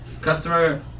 Customer